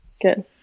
Good